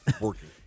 working